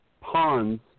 ponds